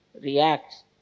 reacts